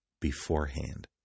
beforehand